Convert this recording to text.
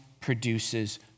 produces